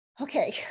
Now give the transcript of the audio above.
okay